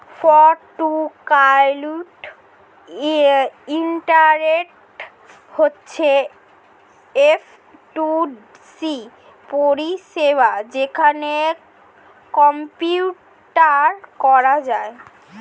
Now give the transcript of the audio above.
fog to cloud internet হচ্ছে F two C পরিষেবা যেখানে কম্পিউটিং করা হয়